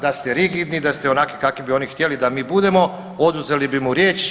Da ste rigidni, da ste onakvi kakvi bi oni htjeli da mi budemo oduzeli bi mu riječ.